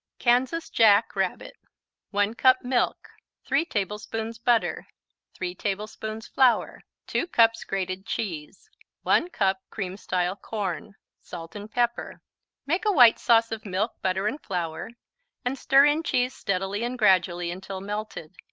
kansas jack rabbit one cup milk three tablespoons butter three tablespoons flour two cups grated cheese one cup cream-style corn salt and pepper make a white sauce of milk, butter and flour and stir in cheese steadily and gradually until melted.